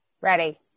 Ready